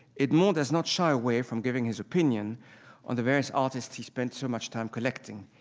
edmond does not shy away from giving his opinion on the various artists he spent so much time collecting.